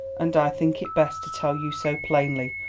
and i think it best to tell you so plainly,